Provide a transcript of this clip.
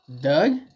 Doug